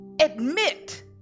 admit